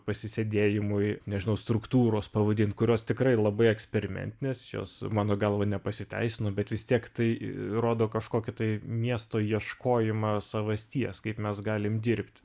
pasisėdėjimui nežinau struktūros pavadint kurios tikrai labai eksperimentinės jos mano galva nepasiteisino bet vis tiek tai rodo kažkokį tai miesto ieškojimą savasties kaip mes galim dirbti